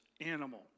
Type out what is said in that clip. animal